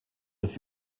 das